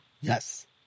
Yes